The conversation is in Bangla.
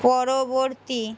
পরবর্তী